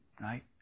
right